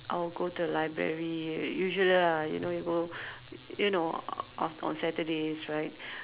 I'll go to the library usually lah you know you go you know uh on on Saturdays right